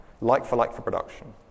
like-for-like-for-production